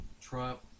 Trump